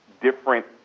different